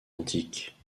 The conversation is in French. antique